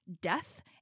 death